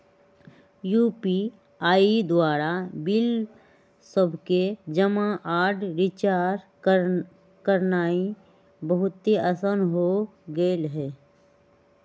UPI द्वारा bill सभके जमा आऽ रिचार्ज करनाइ बहुते असान हो गेल हइ